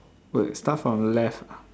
wait start from left ah